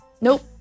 Nope